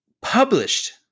published